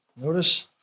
Notice